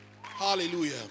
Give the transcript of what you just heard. Hallelujah